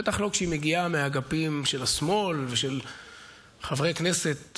בטח לא כשהיא מגיעה מהאגפים של השמאל ושל חברי כנסת